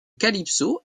calypso